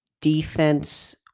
defense